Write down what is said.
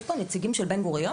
יש פה נציגים של בן גוריון?